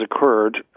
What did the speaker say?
occurred